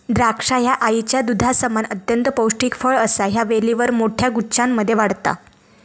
द्राक्षा ह्या आईच्या दुधासमान अत्यंत पौष्टिक फळ असा ह्या वेलीवर मोठ्या गुच्छांमध्ये वाढता